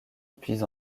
puis